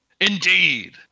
indeed